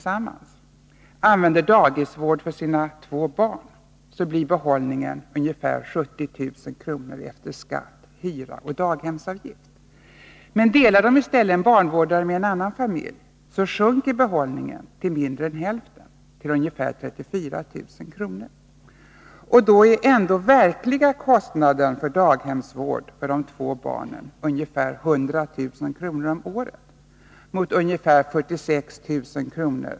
sammanlagt använder daghemsvård för sina två barn, blir behållningen ungefär 70 000 kr. efter skatt, hyra och daghemsavgift. Delar de i stället barnvårdare med en annan familj sjunker behållningen till ca 34 000 kr. Då är ändå den verkliga kostnaden för daghemsvården för de två barnen ungefär 100000 kr. om året mot ungefär 46 000 kr.